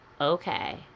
okay